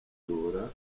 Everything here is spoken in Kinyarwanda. bujura